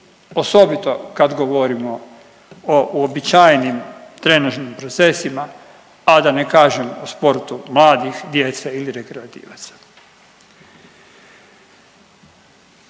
osobito kad govorimo o uobičajenim trenutnim procesima, a da ne kažem u sportu mladih, djece ili rekreativaca.